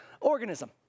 organism